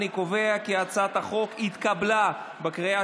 אני קובע כי הצעת החוק התקבלה בקריאה